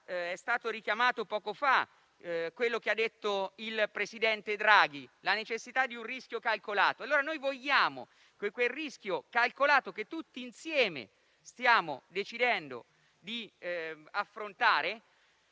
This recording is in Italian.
È stato richiamato poco fa quello che ha detto il presidente Draghi sulla necessità di un rischio calcolato. Vogliamo che quel rischio calcolato, che tutti insieme stiamo decidendo di affrontare,